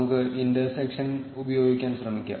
നമുക്ക് ഇൻറ്റർസെക്ഷൻ ഉപയോഗിക്കാൻ ശ്രമിക്കാം